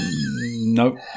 Nope